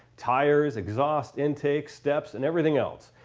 tires, exhaust, intake, steps and everything else.